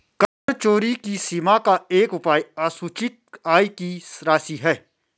कर चोरी की सीमा का एक उपाय असूचित आय की राशि है